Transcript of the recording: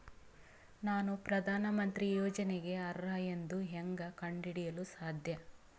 ನಾನು ಪ್ರಧಾನ ಮಂತ್ರಿ ಯೋಜನೆಗೆ ಅರ್ಹ ಎಂದು ಹೆಂಗ್ ಕಂಡ ಹಿಡಿಯಲು ಸಾಧ್ಯ?